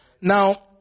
Now